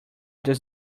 does